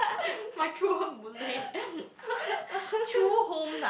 my true home Boon-Lay true home ah